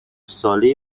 ساله